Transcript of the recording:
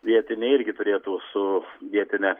vietiniai irgi turėtų su vietine